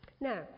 Now